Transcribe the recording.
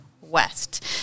West